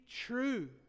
true